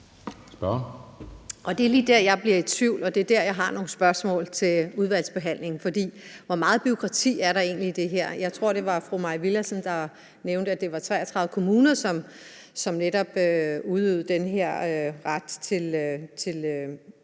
Det er lige der, jeg bliver i tvivl, og det er der, jeg har nogle spørgsmål til udvalgsbehandlingen, for hvor meget bureaukrati er der egentlig i det her? Jeg tror, det var fru Mai Villadsen, der nævnte, at det var 33 kommuner, som netop udøvede den her ret til at